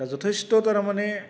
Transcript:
दा जथेस्थ' थारा माने